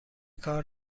کار